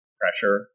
pressure